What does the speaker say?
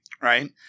right